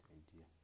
idea